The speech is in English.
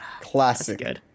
Classic